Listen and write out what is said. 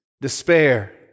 despair